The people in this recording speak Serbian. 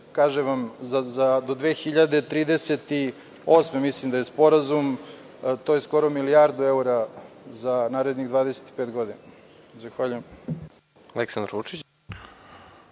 kažem vam za do 2038. godine mislim da je sporazum, to je skoro milijardu evra za narednih 25 godina. Zahvaljujem.